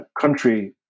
country